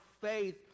faith